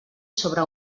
sobre